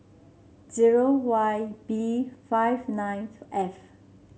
zero Y B five nine F